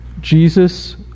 Jesus